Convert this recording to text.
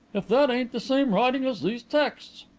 if that ain't the same writing as these texts!